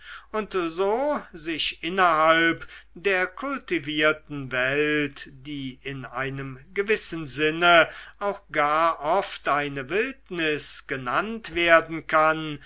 und so sich innerhalb der kultivierten welt die in einem gewissen sinne auch gar oft eine wildnis genannt werden kann